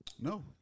No